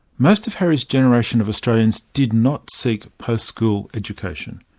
most of harry's generation of australians did not seek post-school education.